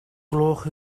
gloch